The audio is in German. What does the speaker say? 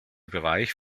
bereich